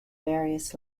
various